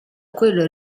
quello